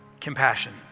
compassion